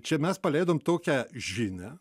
čia mes paleidom tokią žinią